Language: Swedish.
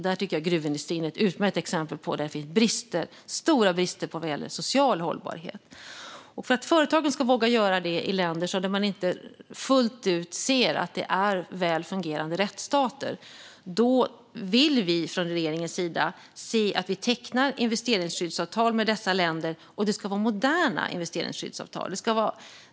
Där tycker jag att gruvindustrin är ett utmärkt exempel på områden där det finns stora brister vad gäller social hållbarhet. För att företagen ska våga göra detta i länder som man inte fullt ut ser som väl fungerande rättsstater vill vi från regeringens sida se att vi tecknar investeringsskyddsavtal med dessa länder. Och det ska vara moderna investeringsskyddsavtal.